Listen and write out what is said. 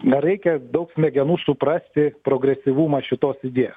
nereikia daug smegenų suprasti progresyvumą šitos idėjo